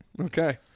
okay